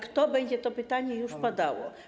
Kto będzie, to pytanie już padało.